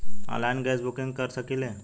Online gas book कर सकिले की?